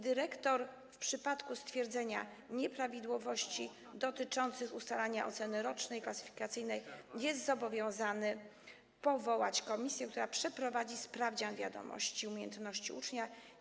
Dyrektor, w przypadku stwierdzenia nieprawidłowości dotyczących ustalania rocznej oceny klasyfikacyjnej, jest zobowiązany powołać komisję, która przeprowadzi sprawdzian wiadomości i umiejętności ucznia.